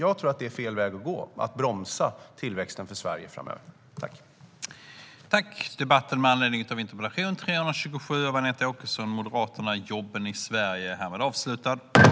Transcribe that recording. Att bromsa tillväxten för Sverige framöver tror jag är fel väg att gå.